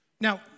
Now